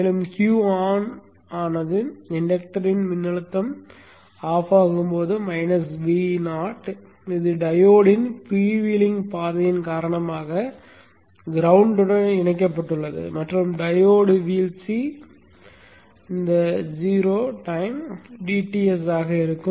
மேலும் Q ஆனது இண்டக்டரின் மின்னழுத்தம் அணைக்கப்படும் போது Vo இது டயோட்டின் ஃப்ரீவீலிங் பாதையின் காரணமாக கிரௌண்ட் உடன் இணைக்கப்பட்டுள்ளது மற்றும் டையோடு வீழ்ச்சி 0 காலம் dTs ஆக இருக்கும்